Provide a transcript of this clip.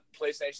PlayStation